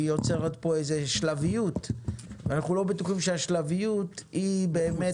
היא יוצרת כאן איזה שלביות ואנחנו לא בטוחים שהשלביות היא באמת